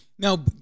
Now